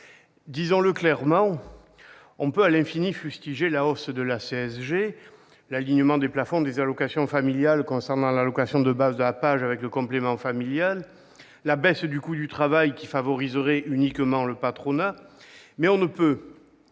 disons-le clairement : on peut fustiger à l'infini la hausse de la CSG, l'alignement des plafonds des allocations familiales concernant l'allocation de base de la PAJE sur celui du complément familial, la baisse du coût du travail, qui favoriserait uniquement le patronat, mais on ne peut